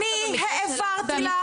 אני העברתי לך,